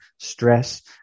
stress